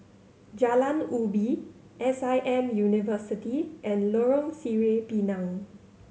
Jalan Ubi S I M University and Lorong Sireh Pinang